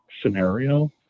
scenario